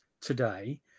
today